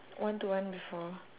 one to one before